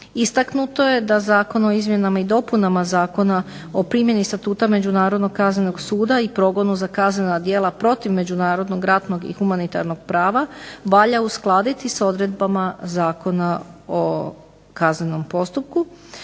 Istaknuto je da zakon o izmjenama i dopunama Zakona o primjeni Statuta međunarodnog kaznenog suda i progonu za kaznena djela protiv međunarodnog ratnog i humanitarnog prava valja uskladiti sa odredbama Zakona o kaznenom postupku.